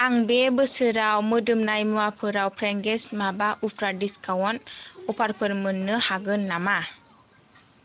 आं बे बोसोराव मोदोमनाय मुवाफोराव फ्रेग्रेन्स माबा उफ्रा डिसकाउन्ट अफारफोर मोननो हागोन नामा